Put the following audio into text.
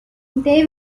they